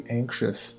anxious